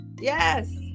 Yes